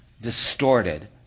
distorted